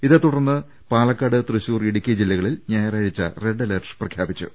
ഇതേ തുടർന്ന് പാലക്കാട് തൃശൂർ ഇടുക്കി ജില്ലകളിൽ ഞായറാഴ്ച്ച റെഡ് അലർട്ട് പ്രഖ്യാപിച്ചു